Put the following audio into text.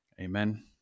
Amen